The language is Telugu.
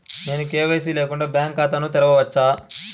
నేను కే.వై.సి లేకుండా బ్యాంక్ ఖాతాను తెరవవచ్చా?